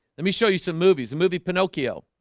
let me show you some movies a movie pinocchio